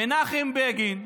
מנחם בגין,